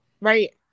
right